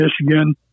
Michigan